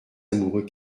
amoureux